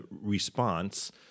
response